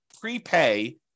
prepay